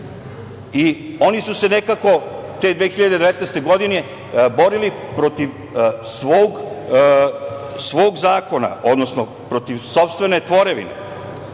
i oni su se nekako 2019. godine borili protiv svog zakona, odnosno protiv sopstvene tvorevine. Naravno,